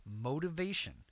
motivation